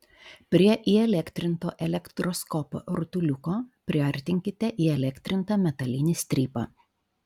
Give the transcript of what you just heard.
prie įelektrinto elektroskopo rutuliuko priartinkite įelektrintą metalinį strypą